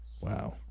Wow